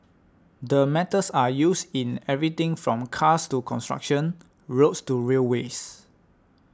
the metals are used in everything from cars to construction roads to railways